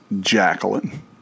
Jacqueline